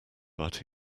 but